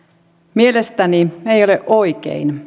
mielestäni ei ole oikein